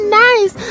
nice